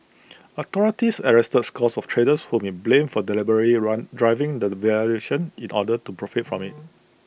authorities arrested scores of traders whom IT blamed for deliberately run driving the devaluation in order to profit from IT